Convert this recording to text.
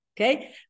Okay